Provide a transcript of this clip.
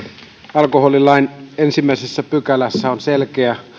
alkoholilain ensimmäisessä pykälässä on selkeä